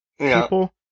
people